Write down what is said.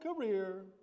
career